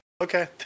okay